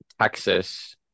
Texas